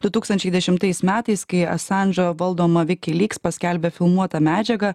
du tūkstančiais dešimtais metais kai asandžo valdoma wikileaks paskelbė filmuotą medžiagą